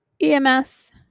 EMS